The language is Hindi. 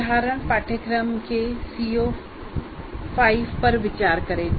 उदाहरण पाठ्यक्रम के CO5 पर विचार करें